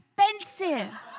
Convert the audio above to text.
expensive